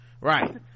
Right